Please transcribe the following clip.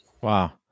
Wow